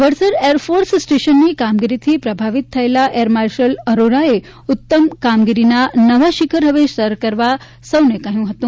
Vadsar air force સ્ટેશનની કામગીરીથી પ્રભાવિત થયેલા એકમાર્શલ અરોરાએ ઊત્તમ કામગીરીના નવા શિખર હવે સર કરવા સૌને કહ્યું હતું